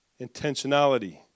intentionality